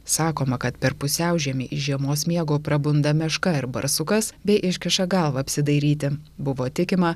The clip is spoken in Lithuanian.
sakoma kad per pusiaužiemį iš žiemos miego prabunda meška ir barsukas bei iškiša galvą apsidairyti buvo tikima